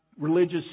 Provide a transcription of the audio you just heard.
religious